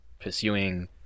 pursuing